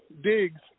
Diggs